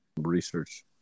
research